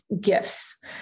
gifts